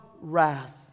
wrath